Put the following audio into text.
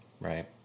Right